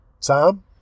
Tom